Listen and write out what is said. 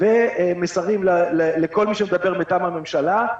ומסרים לכל מי שמדבר מטעם הממשלה.